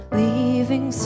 leaving